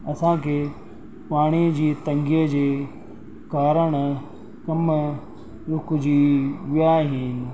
असांखे पाणीअ जी तंगी जे कारणु कम रुकिजी विया आहिनि